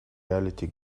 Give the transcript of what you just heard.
reality